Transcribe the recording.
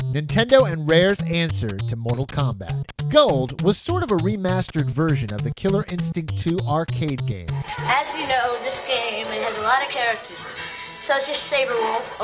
nintendo and rare's answer to mortal kombat gold was sort of a remastered version of the killer instinct two arcade game as you know, this game has a lot of characters such as sabrewulf, a